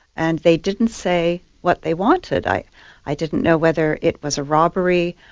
and they didn't say what they wanted. i i didn't know whether it was a robbery.